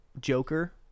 joker